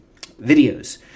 videos